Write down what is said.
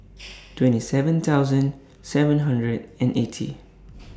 twenty seven thousand seven hundred and eighty